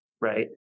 right